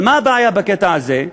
אבל מה הבעיה בקטע הזה?